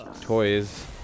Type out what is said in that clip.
toys